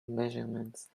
measurements